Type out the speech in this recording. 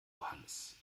johannes